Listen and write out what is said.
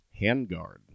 handguard